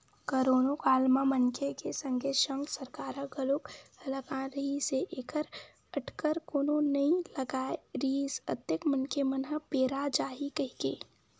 करोनो काल म मनखे के संगे संग सरकार ह घलोक हलाकान रिहिस हे ऐखर अटकर कोनो नइ लगाय रिहिस अतेक मनखे मन ह पेरा जाही कहिके